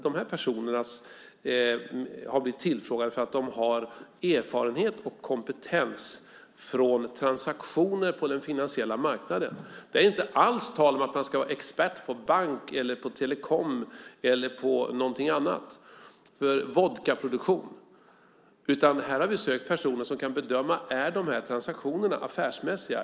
De här personerna har blivit tillfrågade därför att de har erfarenhet och kompetens från transaktioner på den finansiella marknaden. Det är inte alls tal om att man ska vara expert på banker, telekom eller någonting annat för vodkaproduktion, utan här har vi sökt personer som kan bedöma om de här transaktionerna är affärsmässiga.